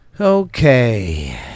Okay